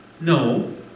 No